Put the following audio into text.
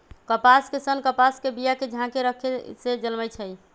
कपास के सन्न कपास के बिया के झाकेँ रक्खे से जलमइ छइ